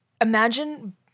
Imagine